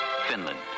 Finland